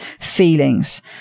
feelings